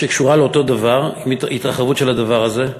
שקשורה לאותו דבר, היא התרחבות של הדבר הזה.